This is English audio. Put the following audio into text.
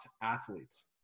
athletes